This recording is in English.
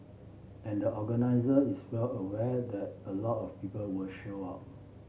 and the organiser is well aware that a lot of people will show up